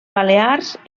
balears